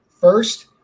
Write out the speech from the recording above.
first